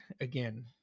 again